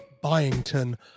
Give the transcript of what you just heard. Byington